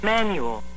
Manual